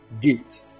Gate